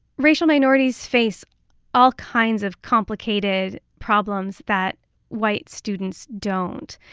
racial minorities face all kinds of complicated problems that white students don't.